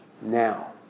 now